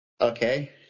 Okay